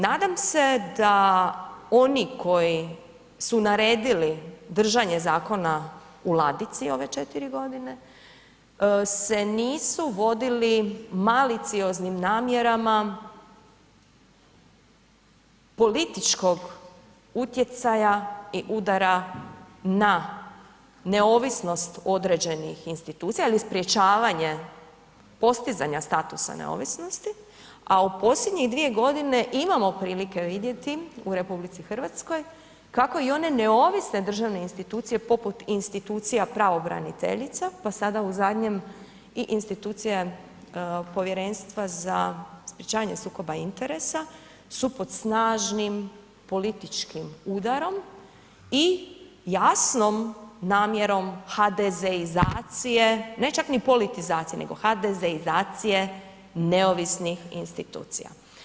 Nadam se da oni koji su naredili držanje zakona u ladici ove 4 godine se nisu vodili malicioznim namjerama političkog utjecaja i udara na neovisnost određenih institucija ili sprječavanje, postizanja statusa neovisnosti a u posljednje 2 godine imamo prilike vidjeti u RH kako i one neovisne državne institucije poput institucija pravobraniteljica, pa sada u zadnjem i institucija Povjerenstva za sprječavanje sukoba interesa su pod snažnim političkim udarom i jasnom namjerom HDZ-izacije ne čak ni politizacije, nego HDZ-izacije neovisnih institucija.